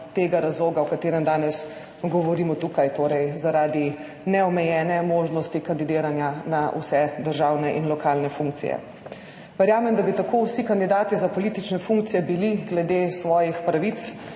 tega razloga, o katerem danes govorimo tukaj, torej zaradi neomejene možnosti kandidiranja na vse državne in lokalne funkcije. Verjamem, da bi tako vsi kandidati za politične funkcije bili glede svojih pravic